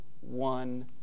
one